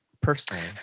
personally